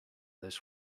this